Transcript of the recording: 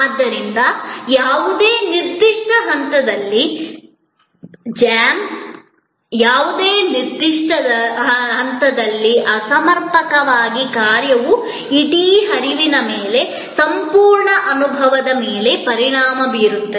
ಆದ್ದರಿಂದ ಯಾವುದೇ ನಿರ್ದಿಷ್ಟ ಹಂತದಲ್ಲಿ ಜಾಮ್ ಯಾವುದೇ ನಿರ್ದಿಷ್ಟ ಹಂತದಲ್ಲಿ ಅಸಮರ್ಪಕ ಕಾರ್ಯವು ಇಡೀ ಹರಿವಿನ ಮೇಲೆ ಸಂಪೂರ್ಣ ಅನುಭವದ ಮೇಲೆ ಪರಿಣಾಮ ಬೀರುತ್ತದೆ